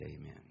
amen